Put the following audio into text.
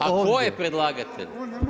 A tko je predlagatelj?